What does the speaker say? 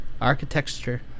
architecture